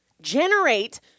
generate